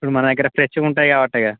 ఇప్పుడు మన దగ్గర ఫ్రెష్గుంటాయి కాబట్టేగా